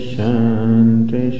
Shanti